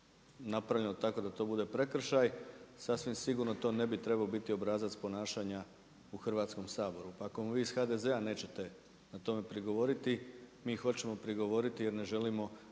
tako da to bude prekršaj, sasvim sigurno to ne bi trebao biti obrazac ponašanja u Hrvatskom saboru. Pa ako mu vi iz HDZ-a nećete na tome prigovoriti, mi hoćemo prigovoriti jer ne želimo